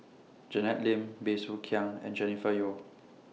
Janet Lim Bey Soo Khiang and Jennifer Yeo